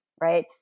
right